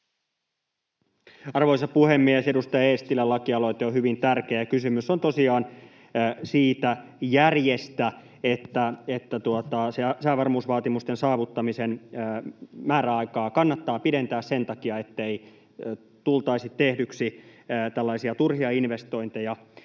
Arvoisa puhemies! Edustaja Eestilän lakialoite on hyvin tärkeä. Kysymys on tosiaan siitä järjestä, että säävarmuusvaatimusten saavuttamisen määräaikaa kannattaa pidentää sen takia, ettei tulisi tehdyksi tällaisia turhia investointeja.